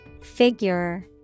Figure